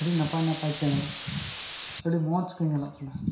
ᱟᱹᱰᱤ ᱱᱟᱯᱟᱭ ᱱᱟᱯᱟᱭ ᱪᱮᱬᱮ ᱟᱰᱤ ᱢᱚᱸᱡᱽ ᱠᱚ ᱧᱮᱞᱚᱜ ᱠᱟᱱᱟ